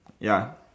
ya